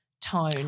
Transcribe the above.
Tone